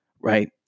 right